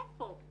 אין כאן.